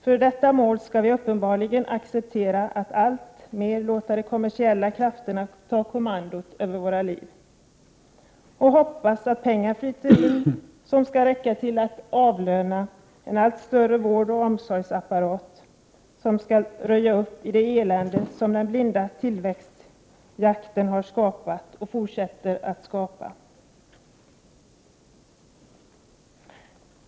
För detta mål skall vi uppenbarligen acceptera att alltmer låta de kommersiella krafterna ta kommandot över våra liv och hoppas att de pengar som flyter in skall räcka till att avlöna en allt större vårdoch omsorgsapparat som skall röja upp i det elände som den blinda tillväxtjakten har skapat, och fortsätter att skapa.